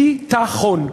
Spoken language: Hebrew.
ביטחון.